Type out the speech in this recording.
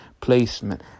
placement